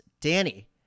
Danny